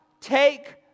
take